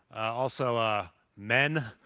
also ah men.